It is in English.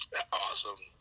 awesome